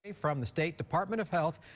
ah from the state department of health.